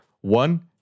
one